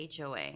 HOA